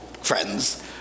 Friends